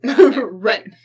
Right